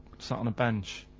sat on a bench.